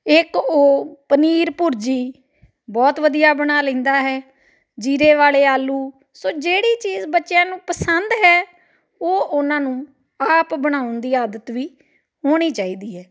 ਇਕ ਉਹ ਪਨੀਰ ਭੁਰਜੀ ਬਹੁਤ ਵਧੀਆ ਬਣਾ ਲੈਂਦਾ ਹੈ ਜੀਰੇ ਵਾਲੇ ਆਲੂ ਸੋ ਜਿਹੜੀ ਚੀਜ਼ ਬੱਚਿਆਂ ਨੂੰ ਪਸੰਦ ਹੈ ਉਹ ਉਹਨਾਂ ਨੂੰ ਆਪ ਬਣਾਉਣ ਦੀ ਆਦਤ ਵੀ ਹੋਣੀ ਚਾਹੀਦੀ ਹੈ